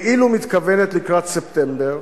כאילו מתכוננת לקראת ספטמבר,